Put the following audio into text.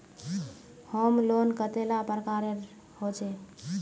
Home loan कतेला प्रकारेर होचे?